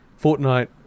Fortnite